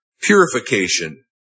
purification